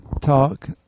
talk